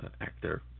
actor